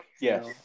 Yes